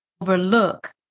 overlook